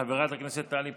חברת הכנסת טלי פלוסקוב,